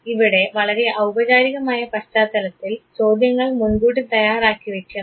ഇവിടെ വളരെ ഔപചാരികമായ പശ്ചാത്തലത്തിൽ ചോദ്യങ്ങൾ മുൻകൂട്ടി തയ്യാറാക്കിവെക്കുന്നു